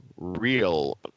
Real